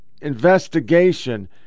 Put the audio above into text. Investigation